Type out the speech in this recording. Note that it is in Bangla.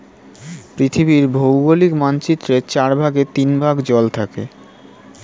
পৃথিবীর ভৌগোলিক মানচিত্রের চার ভাগের তিন ভাগ জল থাকে